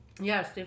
Yes